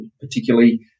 particularly